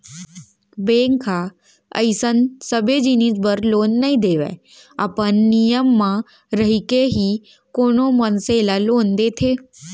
bank ह अइसन सबे जिनिस बर लोन नइ देवय अपन नियम म रहिके ही कोनो मनसे ल लोन देथे